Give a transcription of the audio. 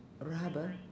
rubber